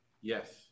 Yes